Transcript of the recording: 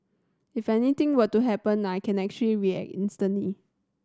if anything were to happen I can actually react instantly